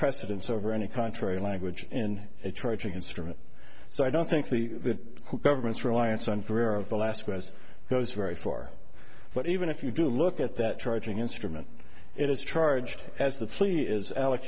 precedence over any contrary language in a charging instrument so i don't think the government's reliance on career of the last question goes very far but even if you do look at that charging instrument it is charged as the fleet is al